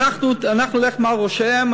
אנחנו נלך מעל ראשיהם.